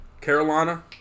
Carolina